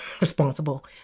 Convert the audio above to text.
responsible